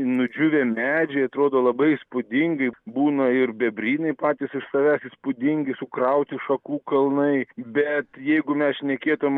nudžiūvę medžiai atrodo labai įspūdingai būna ir bebrynai patys iš savęs įspūdingi sukrauti šakų kalnai bet jeigu mes šnekėtum